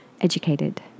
educated